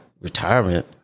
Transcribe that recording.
retirement